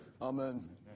Amen